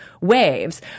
waves